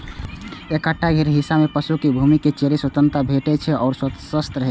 एकटा घेरल हिस्सा मे पशु कें घूमि कें चरै के स्वतंत्रता भेटै से ओ स्वस्थ रहै छै